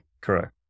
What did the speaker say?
Correct